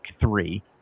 Three